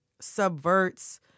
subverts